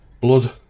Blood